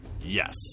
yes